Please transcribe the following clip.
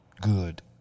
good